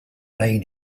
main